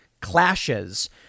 clashes